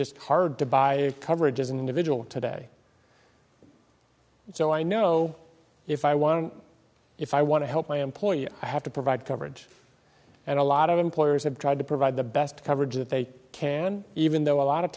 just hard to buy coverage as an individual today so i know if i want to if i want to help my employer i have to provide coverage and a lot of employers have tried to provide the best coverage that they can even though a lot of